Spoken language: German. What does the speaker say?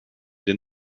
den